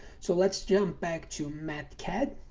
so let's jump back to mathcad